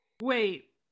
Wait